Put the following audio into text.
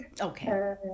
okay